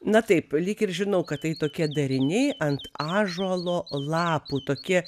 na taip lyg ir žinau kad tai tokie dariniai ant ąžuolo lapų tokie